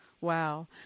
Wow